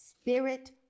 spirit